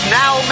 now